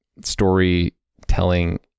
storytelling